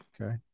Okay